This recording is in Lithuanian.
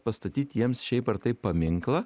pastatyt jiems šiaip ar taip paminklą